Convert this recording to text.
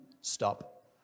stop